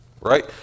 Right